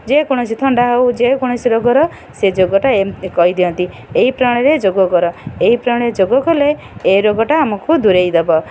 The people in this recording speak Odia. ଯେକୌଣସି ଥଣ୍ଡା ହେଉ ଯେକୌଣସି ରୋଗର ସେ ଯୋଗଟା ଏମିତି କହିଦିଅନ୍ତି ଏହି ପ୍ରଣାଳୀରେ ଯୋଗ କର ଏହି ପ୍ରଣାଳୀରେ ଯୋଗ କଲେ ଏହି ରୋଗଟା ଆମକୁ ଦୂରେଇ ଦେବ